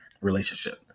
relationship